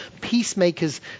peacemakers